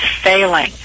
failing